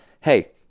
hey